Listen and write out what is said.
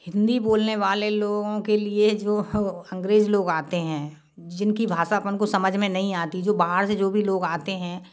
हिन्दी बोलने वाले लोगों के लिए जो हो अंग्रेज लोग आते हैं जिनकी भाषा अपन को समझ में नहीं आती जो बाहर से जो भी लोग आते हैं